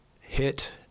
hit